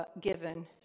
given